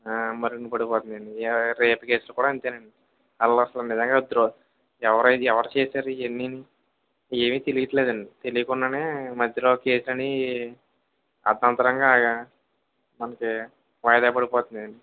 మరుగున పడిపోతున్నాయండి రేప్ కేసులు కూడా అంతేనండి వాళ్ళు అసలు నిజంగా ఎవరు చేశారు ఇయన్నీని ఏమీ తెలియట్లేదండి తెలియకుండనే మధ్యలో కేసులనేవి అర్దాంతరంగా మనకి వాయిదా పడిపోతున్నాయి